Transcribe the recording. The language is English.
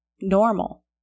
normal